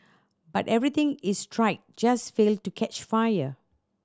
but everything is tried just failed to catch fire